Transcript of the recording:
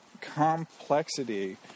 complexity